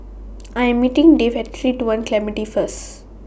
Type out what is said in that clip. I Am meeting Dave At three two one Clementi First